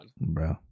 Bro